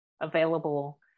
available